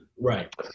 Right